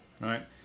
right